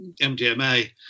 MDMA